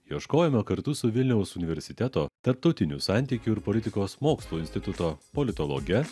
ieškojome kartu su vilniaus universiteto tarptautinių santykių ir politikos mokslų instituto politologe